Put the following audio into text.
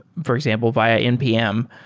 for example, via npm,